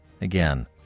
Again